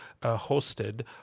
hosted